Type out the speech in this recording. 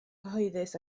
cyhoeddus